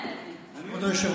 כבוד היושב-ראש,